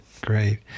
great